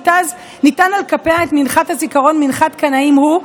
ונתן על כפיה את מנחת הזכרון מנחת קנאת הוא,